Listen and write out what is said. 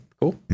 cool